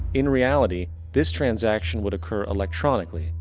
in reality, this transaction would occur electronically.